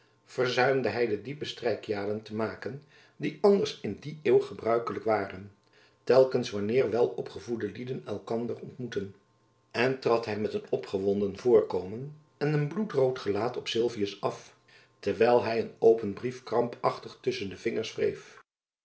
hy de diepe strijkaadjen te maken die anders in die eeuw gebruikelijk waren telkens wanneer wel opgevoede lieden elkander ontmoeteden en trad hy met een opgewonden voorkomen en een bloedrood gelaat op sylvius af terwijl hy een open brief krampachtig tusschen de vingers wreef